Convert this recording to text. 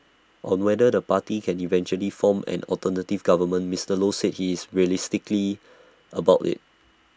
on whether the party can eventually form an alternative government Mister low said he is realistically about IT